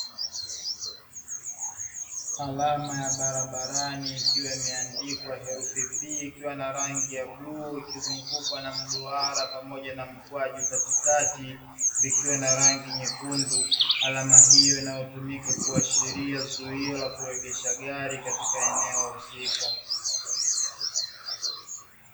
Alama ya barabarani ikiwa imeandikwa herufi P ikiwa na rangi ya bluu, ikizungukwa na mduara pamoja na mkwaju katikati vikiwa na rangi nyekundu. Alama hio inayotumika kuashiria zuio la kuegesha gari katika eneo husika.